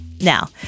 Now